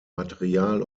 material